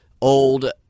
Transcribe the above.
old